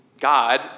God